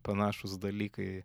panašūs dalykai